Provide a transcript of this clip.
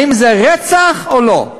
האם זה רצח או לא?